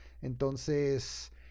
Entonces